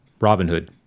Robinhood